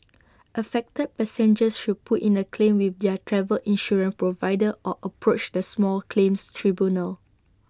affected passengers should put in A claim with their travel insurance provider or approach the small claims tribunal